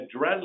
adrenaline